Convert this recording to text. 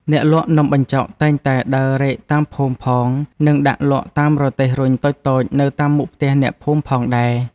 អ្នកលក់នំបញ្ចុកតែងតែដើររែកតាមភូមិផងនិងដាក់លក់តាមរទេះរុញតូចៗនៅតាមមុខផ្ទះអ្នកភូមិផងដែរ។